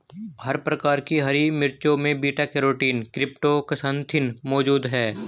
हर प्रकार की हरी मिर्चों में बीटा कैरोटीन क्रीप्टोक्सान्थिन मौजूद हैं